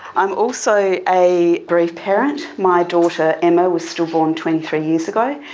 i'm also a bereaved parent. my daughter emma was stillborn twenty three years ago,